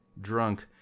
drunk